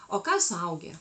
o ką suaugę